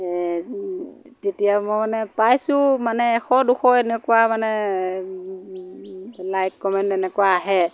এ তেতিয়া মই মানে পাইছোঁ মানে এশ দুশ এনেকুৱা মানে লাইক কমেণ্ট এনেকুৱা আহে